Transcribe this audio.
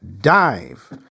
dive